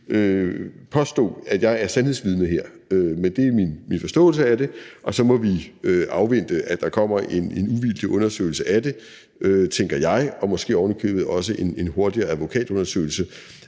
påstå, at jeg er sandhedsvidne her, men det er min forståelse af det, og så må vi afvente, at der kommer en uvildig undersøgelse af det, tænker jeg, og måske ovenikøbet også en hurtig advokatundersøgelse.